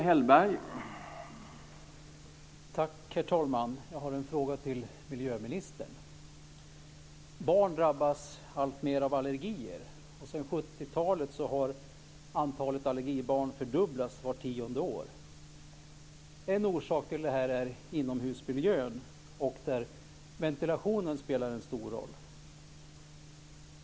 Herr talman! Jag har en fråga till miljöministern. Barn drabbas alltmer av allergier. Sedan 70-talet har antalet allergibarn fördubblats vart tionde år. En orsak till detta är inomhusmiljön, där ventilationen spelar en stor roll.